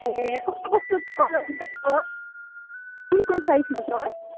ए कुन कुन कलरको छ कुन कुन साइजमा छ